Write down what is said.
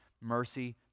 Mercy